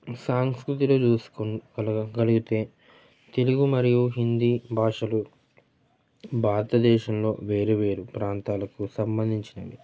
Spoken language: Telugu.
సాంస్కృతిలో చూసుకున్ కలగ కలిగితే తెలుగు మరియు హిందీ భాషలు భారతదేశంలో వేరు వేరు ప్రాంతాలకు సంబంధించినవి